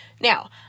Now